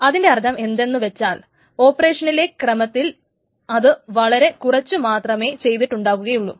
അതിന്റെ അർത്ഥം എന്തെന്നു വച്ചാൽ ഓപ്പറേഷനിലെ ക്രമത്തിൽ അത് വളരെ കുറച്ചു മാത്രമേ ചെയ്തിട്ടുണ്ടാകുകയുള്ളു